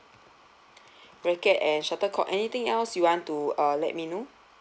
racket and shuttlecock anything else you want to uh let me know